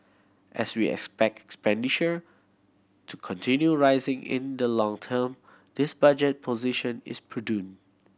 as we expect expenditure to continue rising in the long term this budget position is prudent